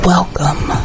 Welcome